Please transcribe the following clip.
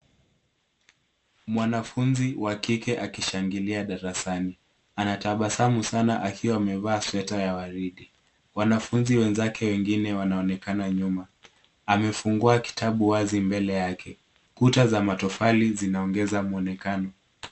Mwanafunzi wa kike akishangilia darasani. Ana tabasamu sana akiwa amevaa sweta ya waridi. Wanafunzi wenzake wengine wanaonekana nyuma .Amefungua kitabu wazi mbele yake .Kuta za matofali zinaongeza muonekano.